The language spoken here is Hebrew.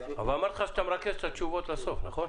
תודה.